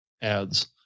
ads